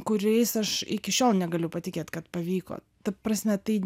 kuriais aš iki šiol negaliu patikėt kad pavyko ta prasme tai